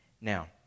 Now